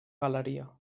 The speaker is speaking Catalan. galeria